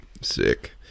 sick